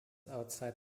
outside